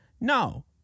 No